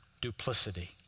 duplicity